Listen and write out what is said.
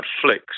flicks